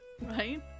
right